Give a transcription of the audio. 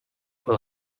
will